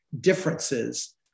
differences